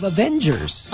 Avengers